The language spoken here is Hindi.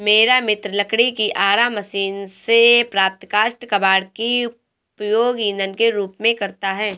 मेरा मित्र लकड़ी की आरा मशीन से प्राप्त काष्ठ कबाड़ का उपयोग ईंधन के रूप में करता है